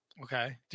Okay